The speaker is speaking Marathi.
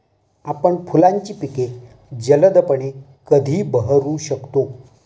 आपण फुलांची पिके जलदपणे कधी बहरू शकतो?